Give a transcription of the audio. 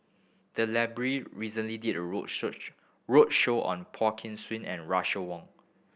the library recently did a roadshow on Poh Kay and Russel Wong